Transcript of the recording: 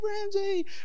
Ramsey